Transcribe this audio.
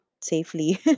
safely